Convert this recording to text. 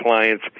clients